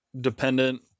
dependent